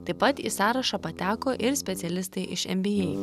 taip pat į sąrašą pateko ir specialistai iš nba